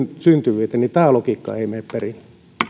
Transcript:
syntyvyyteen tämä logiikka ei mene perille